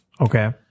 Okay